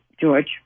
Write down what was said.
George